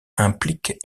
impliquent